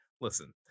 listen